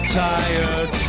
tired